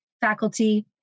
faculty